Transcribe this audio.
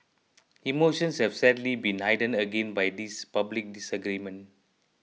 emotions have sadly been heightened again by this public disagreement